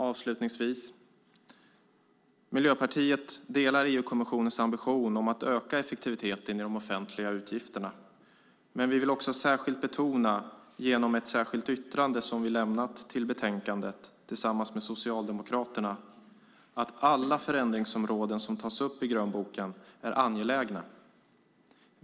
Avslutningsvis vill jag säga att Miljöpartiet delar EU-kommissionens ambition att öka effektiviteten i de offentliga utgifterna, men vi vill betona, genom ett särskilt yttrande som vi lämnat till betänkandet tillsammans med Socialdemokraterna, att alla förändringsområden som tas upp i grönboken är angelägna.